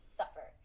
suffer